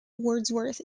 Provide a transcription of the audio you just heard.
wordsworth